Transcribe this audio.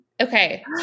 okay